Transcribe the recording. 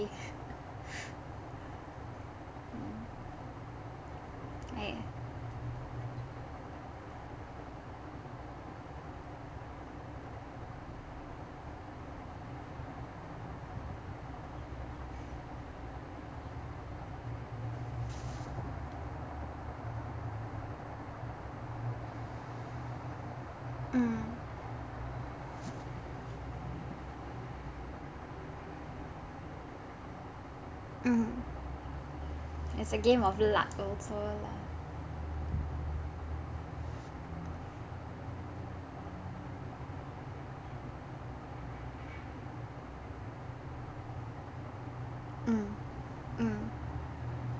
right mm mm it's a game of luck also lah mm mm